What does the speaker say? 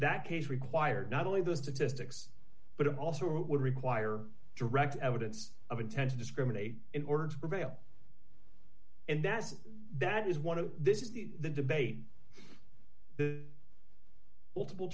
that case require not only those statistics but it also would require direct evidence of intent to discriminate in order to prevail and that that is one of this is the debate the multiple